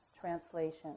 translation